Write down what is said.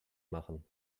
machen